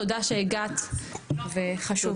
תודה שהגעת, וזה חשוב מאוד.